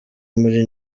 muri